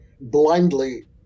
blindly